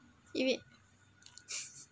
it will